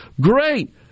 Great